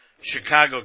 Chicago